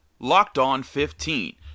LOCKEDON15